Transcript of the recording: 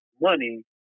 money